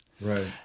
Right